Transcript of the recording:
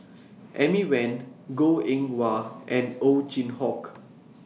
Amy Van Goh Eng Wah and Ow Chin Hock